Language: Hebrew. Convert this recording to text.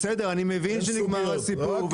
בסדר, אני מבין שנגמר הסיפור.